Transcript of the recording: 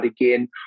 again